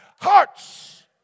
hearts